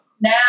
now